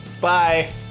Bye